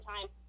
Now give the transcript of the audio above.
time